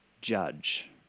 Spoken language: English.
judge